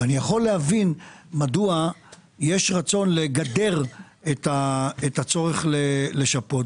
ואני יכול להבין מדוע יש צורך לגדר את הצורך לשפות.